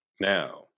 Now